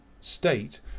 state